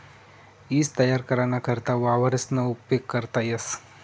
ईज तयार कराना करता वावरेसना उपेग करता येस